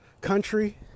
Country